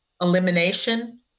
elimination